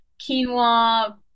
Quinoa